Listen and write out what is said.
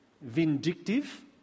vindictive